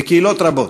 בקהילות רבות,